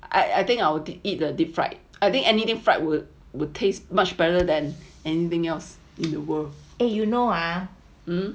I I think I will eat the deep fried I think anything fried would would taste much better than anything else in the world